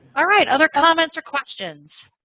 all right, other comments or questions?